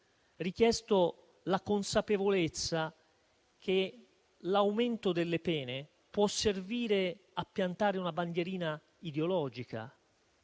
richiesto la consapevolezza che l'aumento delle pene può servire a piantare una bandierina ideologica,